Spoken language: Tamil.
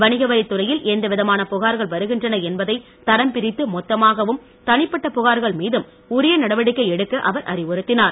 வணிகவரித்துறையில் எந்தவிதமான புகார்கள் வருகின்றன என்பதை தரம்பிரித்து மொத்தமாகவும் தனிப்பட்ட புகார்கள் மீதும் உரிய நடவடிக்கை எடுக்க அவர் அறிவுறுத்தினார்